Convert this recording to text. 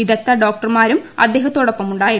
വിദഗ്ദ്ധ ഡോക്ടർമാരും അദ്ദേഹത്തോടൊപ്പം ഉണ്ടായിരുന്നു